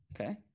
Okay